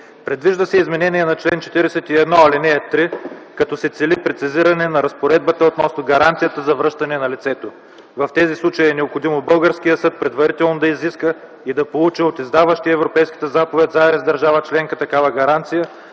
Предвижда се изменение на чл. 41, ал. 3, като се цели прецизиране на разпоредбата относно гаранцията за връщане на лицето. В тези случаи е необходимо българският съд предварително да изиска и получи от издаващата Европейската заповед за арест държава членка такава гаранция,